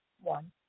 one